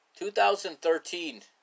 2013